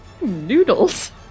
noodles